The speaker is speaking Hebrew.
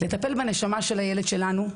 לטפל בנשמה של הילד שלנו,